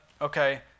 okay